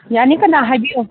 ꯌꯥꯅꯤ ꯀꯅꯥ ꯍꯥꯏꯕꯤꯌꯨ